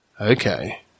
Okay